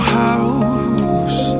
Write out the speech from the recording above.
house